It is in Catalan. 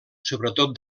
sobretot